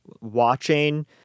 Watching